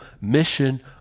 mission